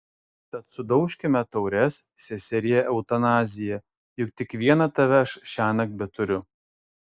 tad sudaužkime taures seserie eutanazija juk tik vieną tave aš šiąnakt beturiu